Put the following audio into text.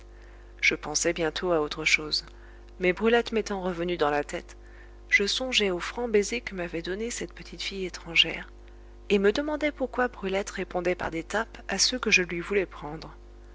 je pensai bientôt à autre chose mais brulette m'étant revenue dans la tête je songeai aux francs baisers que m'avait donnés cette petite fille étrangère et me demandai pourquoi brulette répondait par des tapes à ceux que je lui voulais prendre